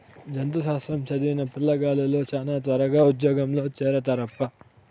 జంతు శాస్త్రం చదివిన పిల్లగాలులు శానా త్వరగా ఉజ్జోగంలో చేరతారప్పా